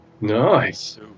Nice